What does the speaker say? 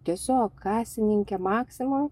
tiesiog kasininkė maksimoj